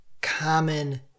common